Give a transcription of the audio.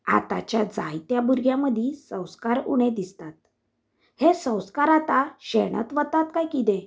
आताच्या जायत्या भुरग्यां मदीं संस्कार उणे दिसतात हे संस्कार आतां शेणत वतात कांय कितें